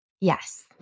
yes